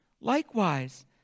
likewise